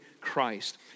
Christ